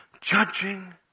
judging